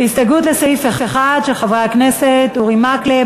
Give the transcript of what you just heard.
הסתייגות לסעיף 1 של חברי הכנסת אורי מקלב,